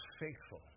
faithful